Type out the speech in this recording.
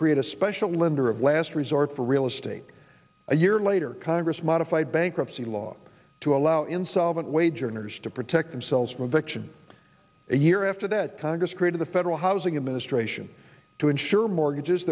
create a special lender of last resort for real estate a year later congress modified bankruptcy law to allow insolvent wage earners to protect themselves from addiction a year after that congress created the federal housing administration to insure mortgages